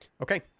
Okay